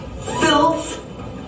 Filth